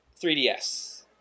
3DS